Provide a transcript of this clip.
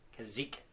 Kazik